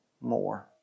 more